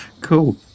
cool